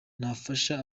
nafasha